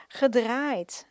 gedraaid